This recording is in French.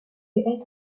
devaient